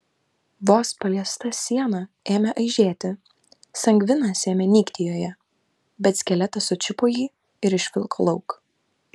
vos paliesta siena ėmė aižėti sangvinas ėmė nykti joje bet skeletas sučiupo jį ir išvilko lauk